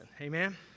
Amen